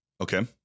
Okay